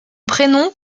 prénom